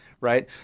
Right